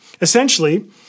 Essentially